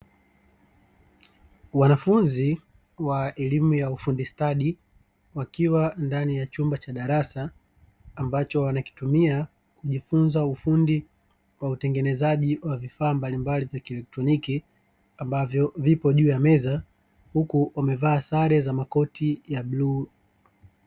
Wanafunzi wa elimu ya ufundi stadi, wakiwa ndani ya chumba cha darasa, ambacho wanakitumia kujifunza ufundi wa utengenezaji wa vifaa mbalimbali vya kielektroniki ambavyo vipo juu ya meza, huku wamevaa sare za makoti ya bluu.